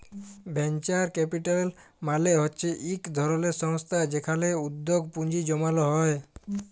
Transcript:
venture capital মালে হচ্যে ইক ধরলের সংস্থা যেখালে উদ্যগে পুঁজি জমাল হ্যয়ে